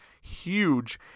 huge